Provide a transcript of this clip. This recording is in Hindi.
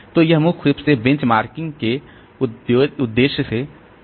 तो यह मुख्य रूप से बेंचमार्किंगके उद्देश्य से है